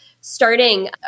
starting